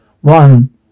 One